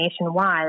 nationwide